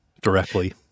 directly